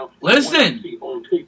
Listen